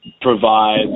provide